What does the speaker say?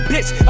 Bitch